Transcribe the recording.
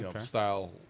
style